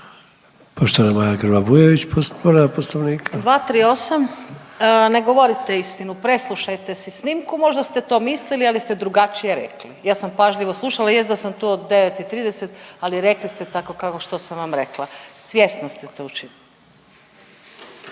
poslovnika. **Grba-Bujević, Maja (HDZ)** 238., ne govorite istinu, preslušajte si snimku, možda ste to mislili, ali ste drugačije rekli. Ja sam pažljivo slušala, jest da sam tu od 9 i 30, ali rekli ste tako kao što sam vam rekla, svjesno ste to učinili.